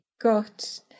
got